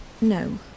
No